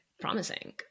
promising